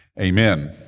Amen